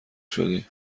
شدی